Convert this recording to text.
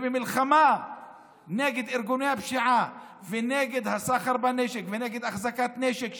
במלחמה נגד ארגוני הפשיעה ונגד סחר בנשק ונגד החזקת נשק,